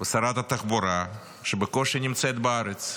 ושרת תחבורה שבקושי נמצאת בארץ,